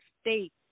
state